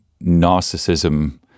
narcissism